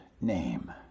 name